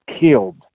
killed